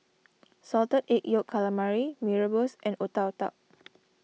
Salted Egg Yolk Calamari Mee Rebus and Otak Otak